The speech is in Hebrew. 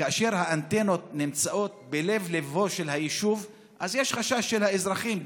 כאשר האנטנות נמצאות בלב-ליבו של היישוב אז יש חשש של האזרחים,